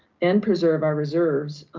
and preserve our reserves,